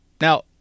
Now